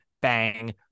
Bang